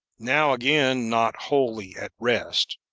now again not wholly at rest,